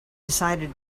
decided